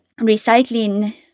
recycling